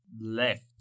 left